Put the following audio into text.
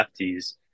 lefties